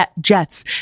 jets